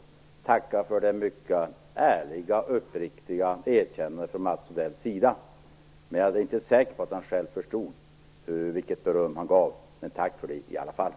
Jag tackar för det ärliga och uppriktiga erkännandet från Mats Odell. Jag är inte säker på att han själv förstod vilket beröm han gav, men tack för det i alla fall.